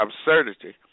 absurdity